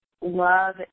love